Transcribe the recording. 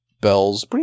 bells